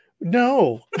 no